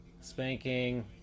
Spanking